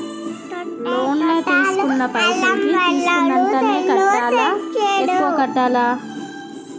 Loan లా తీస్కున్న పైసల్ కి తీస్కున్నంతనే కట్టాలా? ఎక్కువ కట్టాలా?